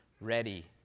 ready